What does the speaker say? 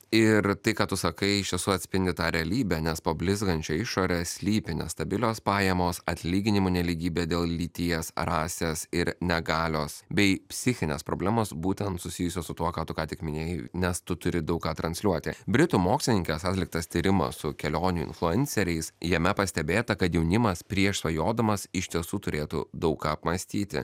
ir tai ką tu sakai iš tiesų atspindi tą realybę nes po blizgančia išore slypi nestabilios pajamos atlyginimų nelygybė dėl lyties rasės ir negalios bei psichinės problemos būtent susijusios su tuo ką tu ką tik minėjai nes tu turi daug ką transliuoti britų mokslininkės atliktas tyrimas su kelionių influenceriais jame pastebėta kad jaunimas prieš svajodamas iš tiesų turėtų daug ką apmąstyti